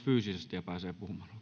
arvoisa herra